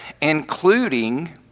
including